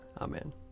Amen